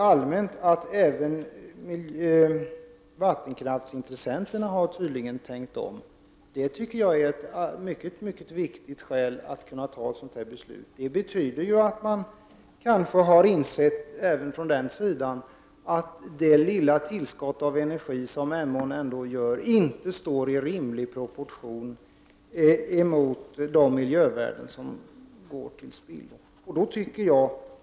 Jag tycker, att detta att vattenkraftsintressenterna har tänkt om, är ett mycket viktigt skäl till att man skulle kunna ta ett sådant beslut. Det betyder att även de kanske har insett att det lilla tillskott av energi som Emån skulle ge inte står i rimlig proportion till de miljövärden som skulle gå till spillo.